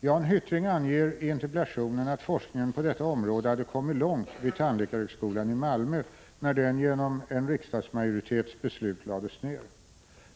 Jan Hyttring anger i interpellationen att forskningen på detta område hade kommit långt vid tandläkarhögskolan i Malmö när den genom en riksdagsmajoritets beslut lades ned.